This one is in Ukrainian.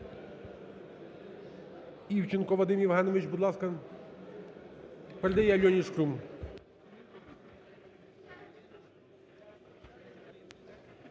Івченко Вадим Євгенович, будь ласка. Передає Альоні Шкрум.